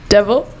Devil